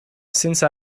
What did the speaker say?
since